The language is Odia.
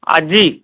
ଆଜି